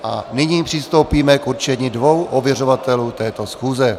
A nyní přistoupíme k určení dvou ověřovatelů této schůze.